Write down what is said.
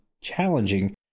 challenging